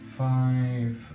five